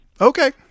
Okay